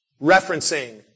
referencing